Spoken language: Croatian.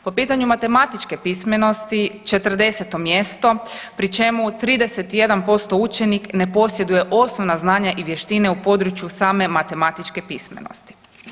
Po pitanju matematičke pismenosti 40. mjesto pri čemu 31% učenik ne posjeduje osnovna znanja i vještine u području same matematičke pismenosti.